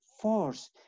force